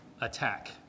attack